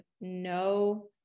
no